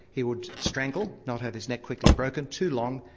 he would strangle, not have his neck quickly broken too long,